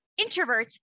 introverts